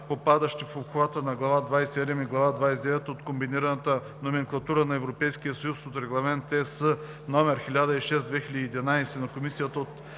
попадащи в обхвата на глава 27 и глава 29 от Комбинираната номенклатура на Европейския съюз от Регламент (ЕС) № 1006/2011 на Комисията от